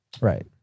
Right